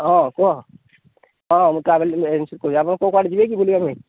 ହଁ କୁହ ହଁ ମୁଁ ଟ୍ରାଭେଲ ଏଜେନ୍ସି କହୁଛି ଆପଣ କେଉଁ କୁଆଡ଼େ ଯିବେ କି ବୁଲିବା ପାଇଁ